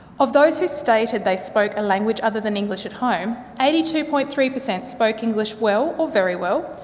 of those who stated they spoke a language other than english at home, eighty two point three per cent spoke english well or very well,